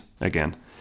again